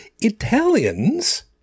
Italians